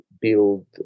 build